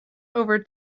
over